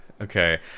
Okay